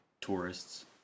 tourists